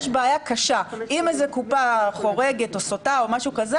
יש בעיה קשה אם איזו קופה חורגת או סוטה או משהו כזה